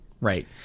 Right